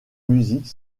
musique